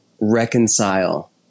reconcile